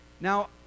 Now